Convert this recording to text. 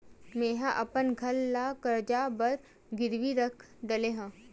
मेहा अपन घर ला कर्जा बर गिरवी रख डरे हव